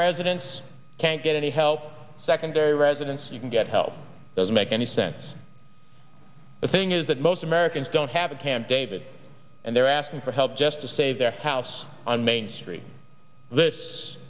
residence can't get any help secondary residence you can get help doesn't make any sense the thing is that most americans don't have a camp david and they're asking for help just to save their house on main street this